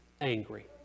angry